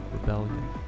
rebellion